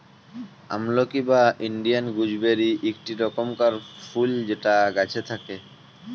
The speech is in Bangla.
আমলকি বা ইন্ডিয়াল গুজবেরি ইকটি রকমকার ফুল যেটা গাছে থাক্যে